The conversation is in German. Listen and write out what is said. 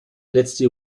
letzte